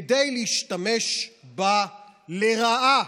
כדי להשתמש בה לרעה.